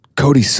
Cody